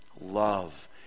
Love